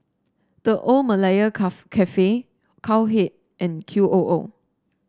The Old Malaya Cafe Cowhead and Q O O